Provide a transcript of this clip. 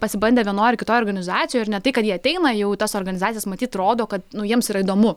pasibandė vienoj ar kitoj organizacijoj ir ne tai kad jie ateina jau į tas organizacijas matyt rodo kad nu jiems yra įdomu